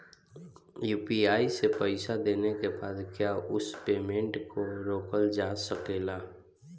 UPI से पईसा देने के बाद क्या उस पेमेंट को रोकल जा सकेला?